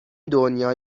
دنیا